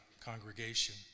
congregation